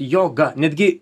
joga netgi